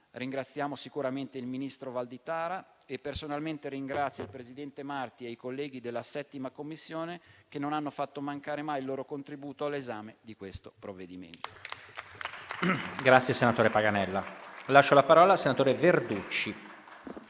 ringraziamo sicuramente il ministro Valditara e personalmente ringrazio il presidente Marti e i colleghi della 7a Commissione, che non hanno fatto mai mancare il loro contributo all'esame di questo provvedimento.